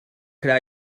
could